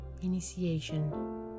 Initiation